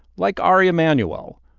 like ari emanuel.